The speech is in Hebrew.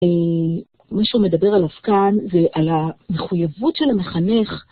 מישהו מדבר עליו כאן ועל המחויבות של המחנך